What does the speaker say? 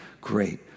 great